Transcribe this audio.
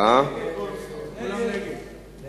ההצעה שלא לכלול את